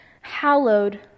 hallowed